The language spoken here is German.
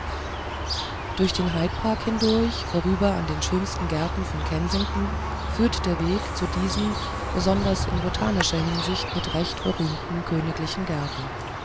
durch den hyde park hindurch vorüber an den schönen gärten von kensington führt der weg zu diesen besonders in botanischer hinsicht mit recht berühmten königlichen gärten